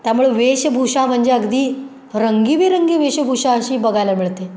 त्यामुळे वेशभूषा म्हणजे अगदी रंगीबिरंगी वेशभूषा अशी बघायला मिळते